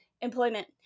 employment